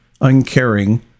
uncaring